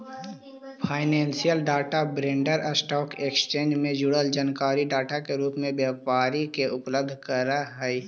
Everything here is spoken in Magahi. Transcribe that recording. financial data vendor stock exchange से जुड़ल जानकारी डाटा के रूप में व्यापारी के उपलब्ध करऽ हई